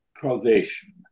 causation